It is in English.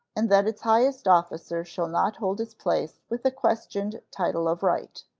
and that its highest officer shall not hold his place with a questioned title of right.